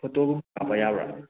photo ꯀꯥꯞꯄ ꯌꯥꯕ꯭ꯔꯥ